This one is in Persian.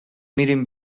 میریم